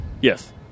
Yes